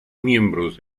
miembros